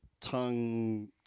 tongue